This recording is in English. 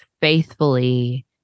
faithfully